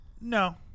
No